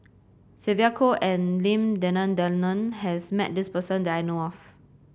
Sylvia Kho and Lim Denan Denon has met this person that I know of